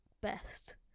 best